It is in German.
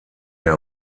der